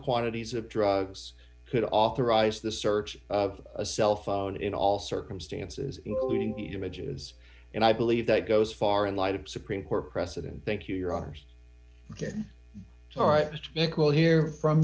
quantities of drugs could authorize the search of a cell phone in all circumstances including images and i believe that goes far in light of supreme court precedent thank you your hours ok all right nic we'll hear from